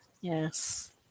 Yes